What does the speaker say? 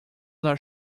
not